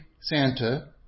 Santa